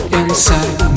inside